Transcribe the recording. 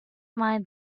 mind